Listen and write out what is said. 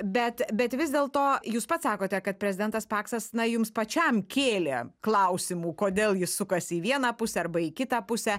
bet bet vis dėlto jūs pats sakote kad prezidentas paksas na jums pačiam kėlė klausimų kodėl jis sukasi į vieną pusę arba į kitą pusę